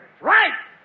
Right